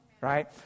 right